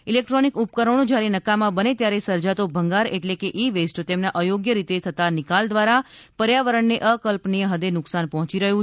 electronic ઉપકરણો જ્યારે નકામા બને ત્યારે સર્જાતો ભંગાર એટલે ઈ વેસ્ટ તેમના અયોગ્ય રીતે થતા નિકાલ દ્વારા પર્યાવરણને અકલ્પનીય હદે નુકસાન પહોંચી રહ્યું છે